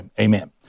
Amen